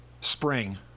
spring